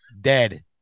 Dead